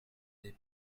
des